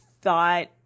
thought